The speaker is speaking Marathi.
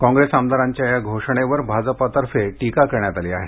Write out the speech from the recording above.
कॉग्रेस आमदारांच्या या घोषणेवर भाजपतर्फे टिका करण्यात आली आहे